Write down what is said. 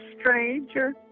stranger